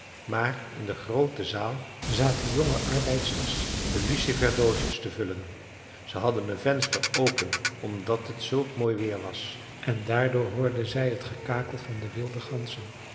maar in de groote zaal zaten jonge arbeidsters de lucifersdoosjes te vullen zij hadden een venster open omdat het zulk mooi weer was en daardoor hoorden zij het gekakel van de wilde ganzen